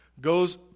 goes